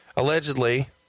Allegedly